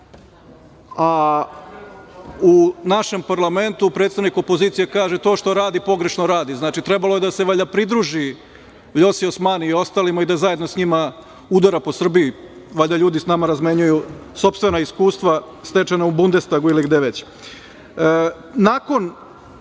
a u našem parlamentu predstavnik opozicije kaže – to što radi pogrešno radi. Znači, trebalo je da se, valjda, pridruži Vljosi Osmani i ostalima i da zajedno sa njima udara po Srbiji. Valjda ljudi sa nama razmenjuju sopstvena iskustva stečena u Bundestagu ili gde već. Nakon